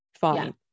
fine